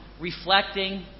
Reflecting